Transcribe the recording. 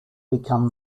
become